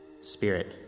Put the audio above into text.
Spirit